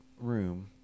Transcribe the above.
room